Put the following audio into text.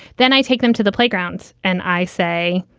then i take them to the playgrounds and i say,